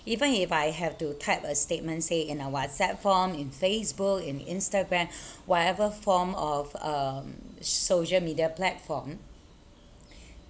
even if I have to type a statement say in a WhatsApp form in Facebook in Instagram whatever form of um social media platform